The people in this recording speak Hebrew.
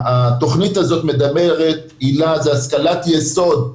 התוכנית היל"ה מדברת על השכלת יסוד.